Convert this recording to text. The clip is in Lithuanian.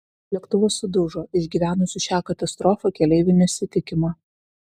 lėktuvas sudužo išgyvenusių šią katastrofą keleivių nesitikima